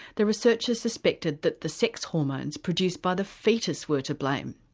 the researcher suspected that the sex hormones produced by the foetus were to blame.